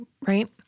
right